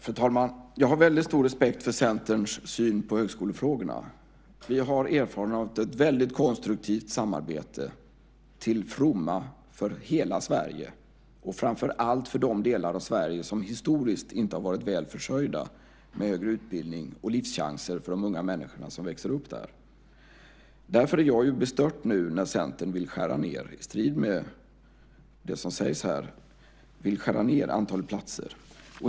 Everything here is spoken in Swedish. Fru talman! Jag har väldigt stor respekt för Centerns syn på högskolefrågorna. Vi har erfarenheter av ett väldigt konstruktivt samarbete till fromma för hela Sverige och framför allt de delar av Sverige som historiskt inte har varit välförsörjda med högre utbildning och livschanser för de unga människor som växer upp där. Därför är jag bestört nu när Centern, i strid med vad som sägs här, vill skära ned antalet platser.